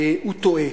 הוא טועה.